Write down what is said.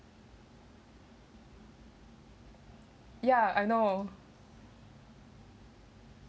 ya I know